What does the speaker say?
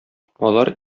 алар